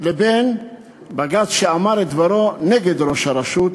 לבין בג"ץ שאמר את דברו נגד ראש הרשות.